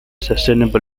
sustainable